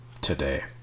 Today